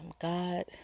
God